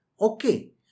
Okay